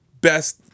best